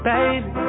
Baby